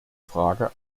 frage